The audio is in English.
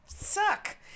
Suck